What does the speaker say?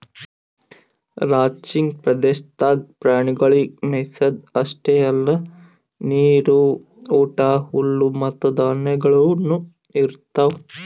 ranching ಪ್ರದೇಶದಾಗ್ ಪ್ರಾಣಿಗೊಳಿಗ್ ಮೆಯಿಸದ್ ಅಷ್ಟೆ ಅಲ್ಲಾ ನೀರು, ಊಟ, ಹುಲ್ಲು ಮತ್ತ ಧಾನ್ಯಗೊಳನು ಇರ್ತಾವ್